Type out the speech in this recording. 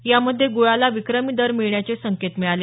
यामध्ये गुळाला विक्रमी दर मिळण्याचे संकेत मिळाले